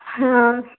हां